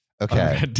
Okay